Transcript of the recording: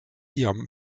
iom